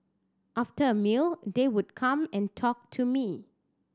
after a meal they would come and talk to me